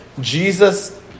Jesus